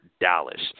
Dallas